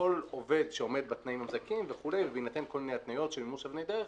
שעומד בתנאים המזכים בהינתן כל מיני התניות של מימוש אבני דרך,